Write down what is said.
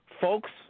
folks